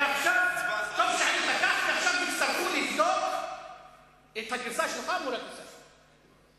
ועכשיו תצטרכו לבדוק את הגרסה שלך מול הגרסה שלי.